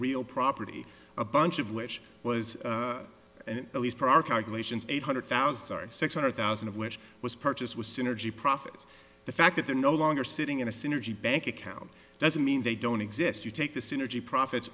real property a bunch of which was released per hour calculations eight hundred thousand six hundred thousand of which was purchased with synergy profits the fact that they're no longer sitting in a synergy bank account doesn't mean they don't exist you take the synergy profits